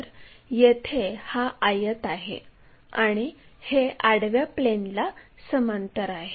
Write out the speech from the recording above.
तर येथे हा आयत आहे आणि हे आडव्या प्लेनला समांतर आहे